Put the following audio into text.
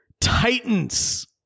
titans